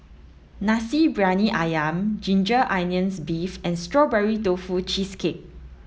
Nasi Briyani Ayam ginger onions beef and strawberry tofu cheesecake